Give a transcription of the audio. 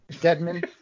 Deadman